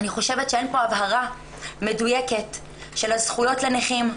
אני חושב שאין פה הבהרה מדויקת של הזכויות לנכים.